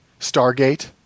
Stargate